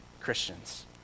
Christians